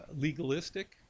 Legalistic